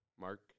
Mark